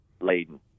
laden